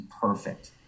perfect